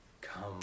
come